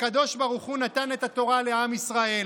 הקדוש ברוך הוא נתן את התורה לעם ישראל.